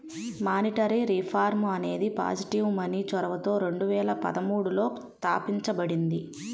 monetary reform అనేది positive money చొరవతో రెండు వేల పదమూడులో తాపించబడింది